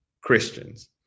Christians